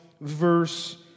verse